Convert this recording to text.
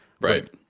Right